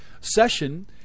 session